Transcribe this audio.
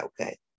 Okay